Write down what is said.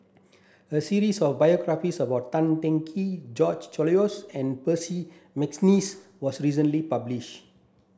a series of biographies about Tan Teng Kee George Oehlers and Percy McNeice was recently publish